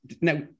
now